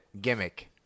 gimmick